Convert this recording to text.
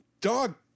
dog